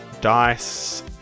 dice